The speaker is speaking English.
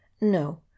No